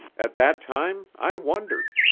at that time i wondered.